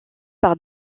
par